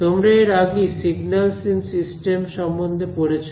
তোমরা এর আগেই সিগন্যালস ইন সিস্টেমস সম্বন্ধে পড়েছে